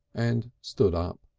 and stood up.